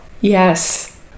Yes